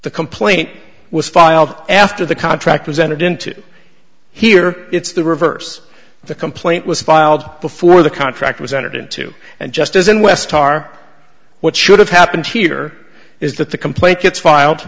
the complaint was filed after the contract was entered into here it's the reverse the complaint was filed before the contract was entered into and just as in west tar what should have happened here is that the complaint gets filed